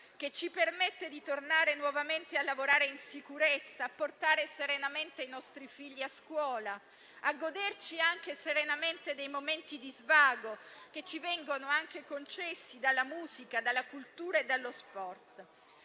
che ci permette di tornare nuovamente a lavorare in sicurezza, portare serenamente i nostri figli a scuola e goderci serenamente i momenti di svago che ci vengono concessi dalla musica, dalla cultura e dallo sport.